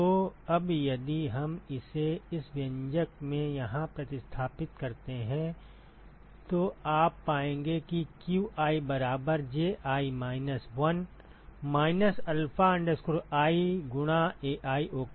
तो अब यदि हम इसे इस व्यंजक में यहाँ प्रतिस्थापित करते हैं तो आप पाएंगे कि qi बराबर Ji minus 1 minus alpha i गुणा Ai ओके